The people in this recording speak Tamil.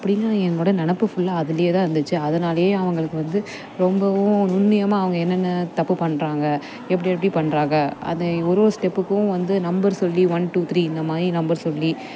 அப்படின்னு என்னோட நினப்பு ஃபுல்லா அதுலேதான் இருந்துச்சு அதனாலேயே அவங்களுக்கு வந்து ரொம்பவும் நுண்ணியமாக அவங்க என்னென்ன தப்பு பண்ணுறாங்க எப்படி எப்படி பண்ணுறாக அது ஒரு ஒரு ஸ்டெப்புக்கும் வந்து நம்பர் சொல்லி ஒன் டூ த்ரீ இந்தமாதிரி நம்பர் சொல்லி